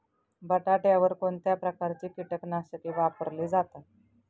बटाट्यावर कोणत्या प्रकारची कीटकनाशके वापरली जातात?